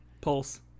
Pulse